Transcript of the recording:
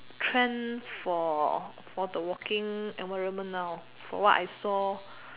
trend for for the working environment now from what I saw